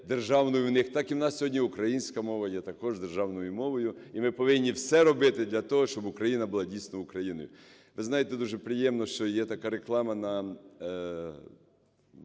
державною у них, так і у нас сьогодні українська мова є також державною мовою. І ми повинні все робити для того, щоб Україна була дійсно Україною. Ви знаєте, дуже приємно, що є така реклама на